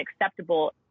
acceptable